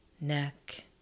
neck